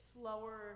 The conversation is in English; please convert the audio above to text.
slower